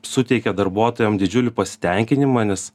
suteikia darbuotojam didžiulį pasitenkinimą nes